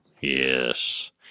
Yes